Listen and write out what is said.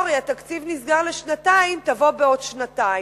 sorry, התקציב נסגר לשנתיים, תבוא בעוד שנתיים.